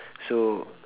so